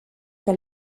que